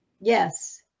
yes